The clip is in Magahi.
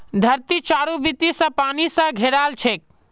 धरती चारों बीती स पानी स घेराल छेक